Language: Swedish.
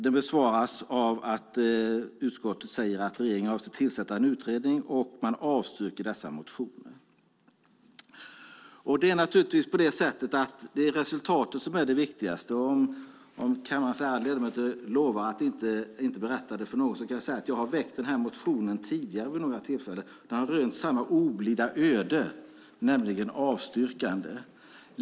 De besvaras med att utskottet säger att regeringen avser att tillsätta en utredning och att man avstyrker motionerna. Det är naturligtvis resultatet som är det viktigaste. Om kammarens ärade ledamöter lovar att inte berätta det för någon kan jag säga att jag har väckt den här motionen vid några tillfällen tidigare. Den har rönt samma oblida öde då, nämligen ett avstyrkande.